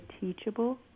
teachable